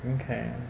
okay